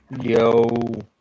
yo